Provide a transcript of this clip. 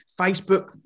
Facebook